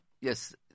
yes